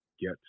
get